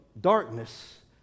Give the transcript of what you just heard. darkness